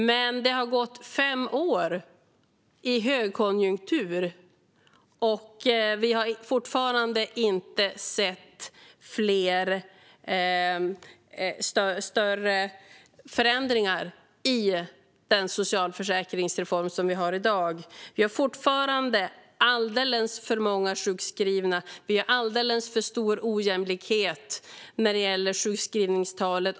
Men det har gått fem år med högkonjunktur, och vi har fortfarande inte sett några större förändringar av den socialförsäkringsreform som vi har i dag. Det är fortfarande alldeles för många sjukskrivna, och det är alldeles för stor ojämlikhet när det gäller sjukskrivningstalen.